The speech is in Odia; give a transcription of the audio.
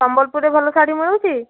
ସମ୍ବଲପୁରରେ ଭଲ ଶାଢ଼ୀ ମିଳୁଛି